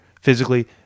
physically